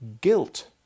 Guilt